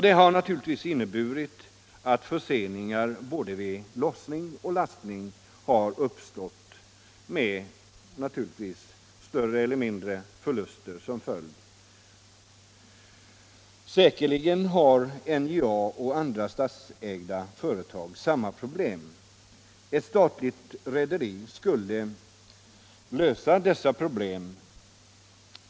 Detta har naturligtvis inneburit förseningar vid både lastning och lossning med större eller mindre förluster som följd. Säkerligen har NJA och andra statsägda företag samma problem. Ett statligt rederi skulle lösa dessa problem.